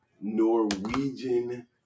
Norwegian